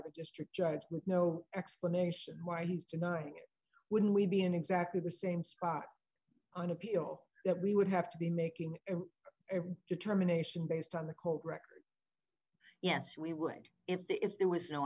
the district judge with no explanation why he's denying it wouldn't we be in exactly the same spot on appeal that we would have to be making a determination based on the cold record yes we would if the if there was no